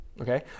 Okay